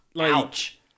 Ouch